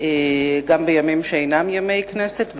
גם בימים שאינם ימי כנסת,